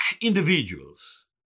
individuals